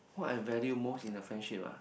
what I value most in a friendship ah